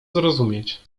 zrozumieć